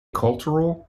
cultural